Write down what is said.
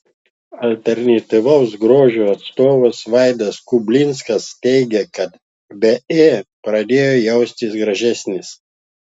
alternatyvaus grožio atstovas vaidas kublinskas teigia kad be ė pradėjo jaustis gražesnis